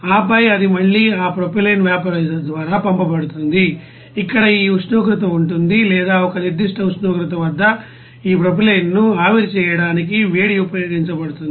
ఆపై అది మళ్ళీ ఆ ప్రొపైలిన్ వాపోరైజర్ ద్వారా పంపబడుతుంది ఇక్కడ ఈ ఉష్ణోగ్రత ఉంటుంది లేదా ఒక నిర్దిష్ట ఉష్ణోగ్రత వద్ద ఈ ప్రొపైలిన్ను ఆవిరి చేయడానికి వేడి ఉపయోగించబడుతుంది